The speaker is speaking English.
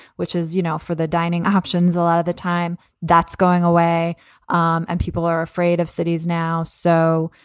which is, you know, for the dining options, a lot of the time that's going away um and people are afraid of cities now. so.